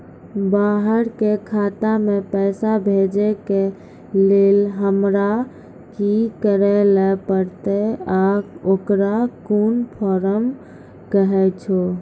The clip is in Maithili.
बाहर के खाता मे पैसा भेजै के लेल हमरा की करै ला परतै आ ओकरा कुन फॉर्म कहैय छै?